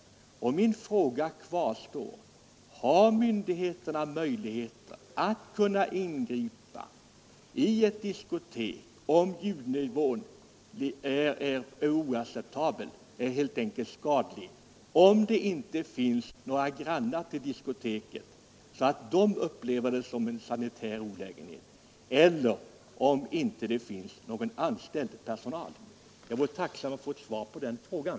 Min fråga kvarstår: Har myndigheterna möjlighet att ingripa om ljudnivån på ett diskotek är oacceptabel, helt enkelt skadlig, om det inte finns några grannar till diskoteket som upplever det som en sanitär olägenhet och om det inte finns någon anställd personal? Jag vore tacksam att få ett svar på den frågan.